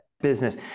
business